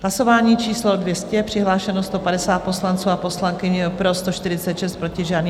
Hlasování číslo 200, přihlášeno 150 poslanců a poslankyň, pro 146, proti žádný.